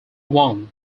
wang